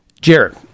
jared